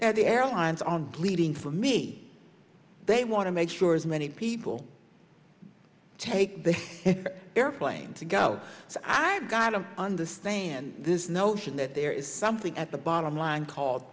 and the airlines aren't leaving for me they want to make sure as many people take the airplane to go i've got to understand this notion that there is something at the bottom line called